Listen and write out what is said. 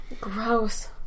Gross